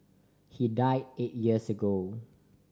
he died eight years later